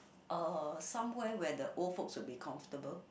uh somewhere where the old folks would be comfortable